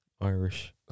Irish